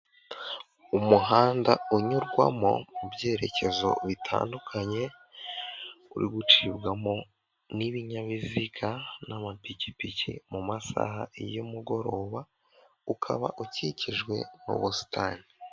Umuhanda unyurwamo mu byerekezo bitandukanye, uri gucibwamo n'ibinyabiziga n'amapikipiki mu masaha y'umugoroba, ukaba ukikijwe n'ubusitani.